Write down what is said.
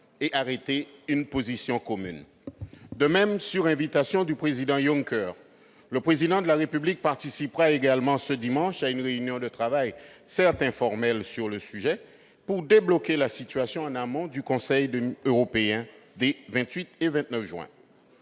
et arrêter une position commune. De même, sur invitation du président Jean-Claude Juncker, M. Emmanuel Macron participera, ce dimanche, à une réunion de travail, certes informelle, sur le sujet, pour débloquer la situation en amont du Conseil européen des 28 et 29 juin.